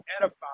edify